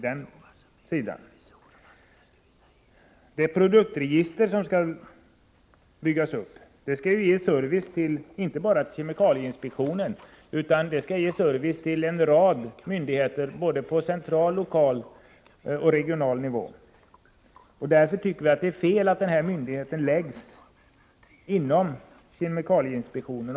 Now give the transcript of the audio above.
Det produktregister som skall byggas upp skall ge service inte bara till kemikalieinspektionen utan till en rad myndigheter på central, lokal och regional nivå. Därför anser vi att det är fel att myndigheten placeras inom kemikalieinspektionen.